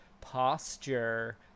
posture